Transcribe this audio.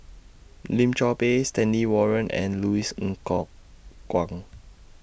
Lim Chor Pee Stanley Warren and Louis Ng Kok Kwang